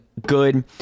good